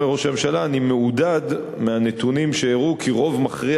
אומר ראש הממשלה: "אני מעודד מהנתונים שהראו כי רוב מכריע